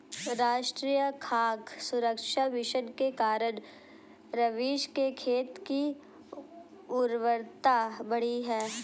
राष्ट्रीय खाद्य सुरक्षा मिशन के कारण रवीश के खेत की उर्वरता बढ़ी है